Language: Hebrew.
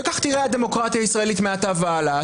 וכך תיראה הדמוקרטיה הישראלית מעתה והלאה.